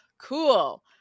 cool